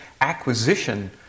acquisition